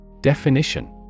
Definition